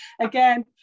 again